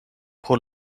pro